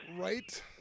Right